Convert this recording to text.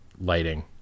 lighting